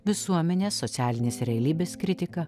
visuomenės socialinės realybės kritika